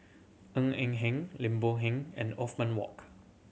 Ng Eng Hen Lim Boon Heng and Othman Wok